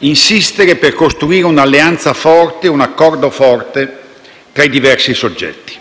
- insistere per costruire un'alleanza forte e un accordo forte tra i diversi soggetti.